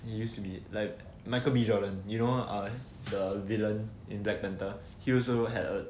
he used to be like michael B jordan you know the villain in black panther he also had a